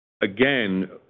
Again